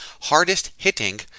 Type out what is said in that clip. hardest-hitting